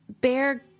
bear